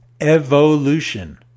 evolution